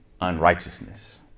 unrighteousness